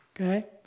Okay